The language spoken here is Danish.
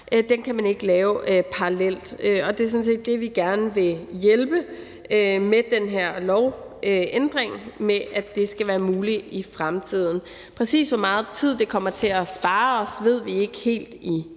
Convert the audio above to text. Regulation, FSR, parallelt. Og det er sådan set det, vi gerne vil hjælpe med med den her lovændring, altså at det skal være muligt i fremtiden. Præcis hvor meget tid det kommer til at spare os, ved vi ikke helt